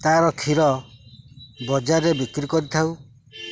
ତା'ର କ୍ଷୀର ବଜାରରେ ବିକ୍ରି କରିଥାଉ